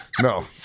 no